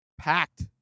Packed